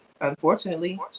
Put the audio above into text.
Unfortunately